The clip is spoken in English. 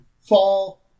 fall